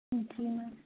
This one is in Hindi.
जी मेम